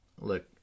look